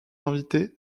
invités